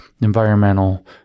environmental